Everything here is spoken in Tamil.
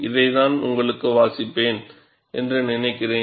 இதை நான் உங்களுக்காக வாசிப்பேன் என்று நினைக்கிறேன்